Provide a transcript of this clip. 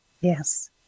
yes